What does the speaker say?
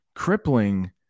Crippling